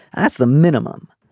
that's the minimum.